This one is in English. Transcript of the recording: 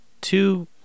two